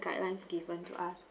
guidelines given to us